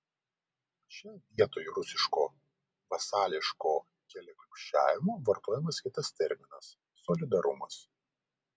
čia vietoj rusiško vasališko keliaklupsčiavimo vartojamas kitas terminas solidarumas